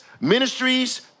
ministries